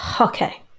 okay